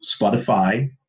Spotify